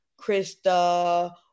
Krista